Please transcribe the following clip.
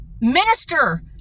minister